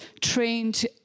trained